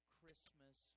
Christmas